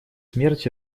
смерть